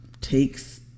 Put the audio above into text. takes